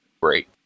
great